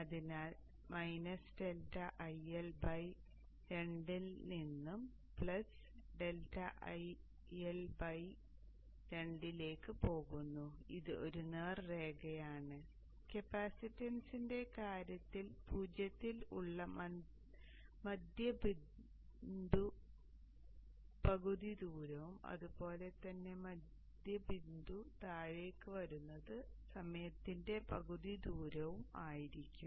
അതിനാൽ ∆IL 2 ൽ നിന്നു ∆IL 2 ലേക്ക് പോകുന്നു ഇത് ഒരു നേർരേഖയാണ് കപ്പാസിറ്ററിന്റെ കാര്യത്തിൽ 0 ൽ ഉള്ള മധ്യബിന്ദു പകുതി ദൂരവും അതുപോലെ തന്നെ മധ്യബിന്ദു താഴേയ്ക്ക് വരുന്നത് സമയത്തിന്റെ പകുതി ദൂരവും ആയിരിക്കും